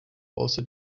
also